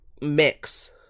mix